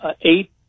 eight